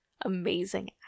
amazing